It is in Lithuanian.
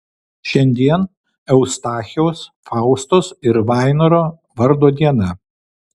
šiandien eustachijaus faustos ir vainoro vardo diena